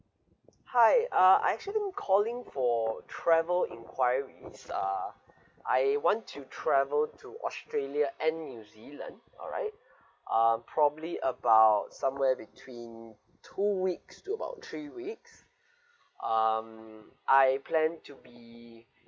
hi uh I actually calling for travel inquiries uh I want to travel to australia and new zealand alright um probably about somewhere between two weeks to about three weeks um I plan to be